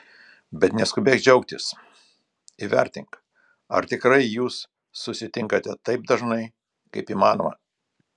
bet neskubėk džiaugtis įvertink ar tikrai jūs susitinkate taip dažnai kaip įmanoma